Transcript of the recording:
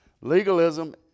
Legalism